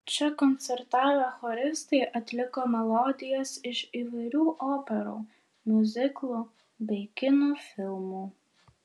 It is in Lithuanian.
čia koncertavę choristai atliko melodijas iš įvairių operų miuziklų bei kino filmų